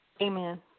amen